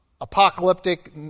apocalyptic